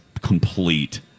complete